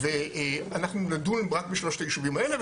ואנחנו נדון רק בשלושת היישובים האלה.